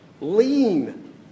Lean